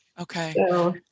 Okay